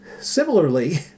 Similarly